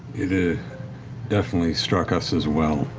it ah definitely struck us as well.